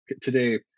today